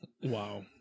Wow